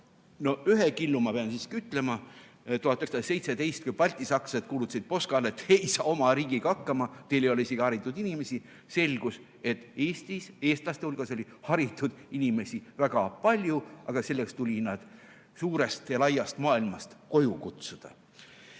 Ühe killu ma pean siiski ütlema. 1917, kui baltisakslased kuulutasid Poskale, et te ei saa oma riigiga hakkama, teil ei ole isegi haritud inimesi, selgus, et eestlaste hulgas oli haritud inimesi väga palju, aga nad tuli suurest ja laiast maailmast koju kutsuda.